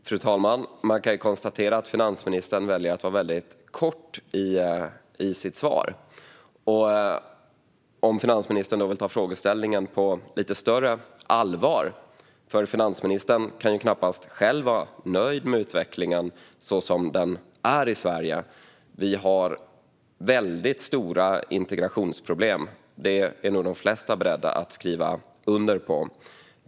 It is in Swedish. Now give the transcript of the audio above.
Fru talman! Man kan konstatera att finansministern väljer att vara väldigt kort i sitt svar. Finansministern kanske vill ta frågeställningen på lite större allvar, för finansministern själv kan ju knappast vara nöjd med utvecklingen så som den är i Sverige. Vi har stora integrationsproblem. Det är nog de flesta beredda att skriva under på.